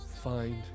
find